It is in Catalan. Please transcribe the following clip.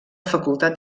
facultat